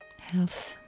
health